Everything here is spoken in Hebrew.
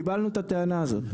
קיבלנו את הטענה הזאת.